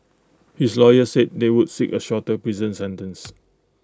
his lawyer said they would seek A shorter prison sentence